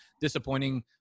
disappointing